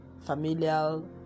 familial